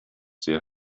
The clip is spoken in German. sehr